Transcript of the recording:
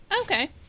okay